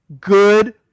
good